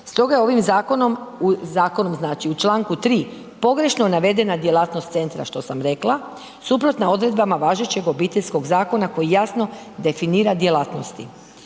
stoga je ovom zakonom u članku 3. pogrešno navedena djelatnost centra, što sam rekla, suprotno odredbama važećeg Obiteljskog zakona koji jasno definira djelatnosti.